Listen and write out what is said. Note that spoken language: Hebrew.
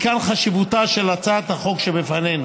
מכאן חשיבותה של הצעת החוק שלפנינו.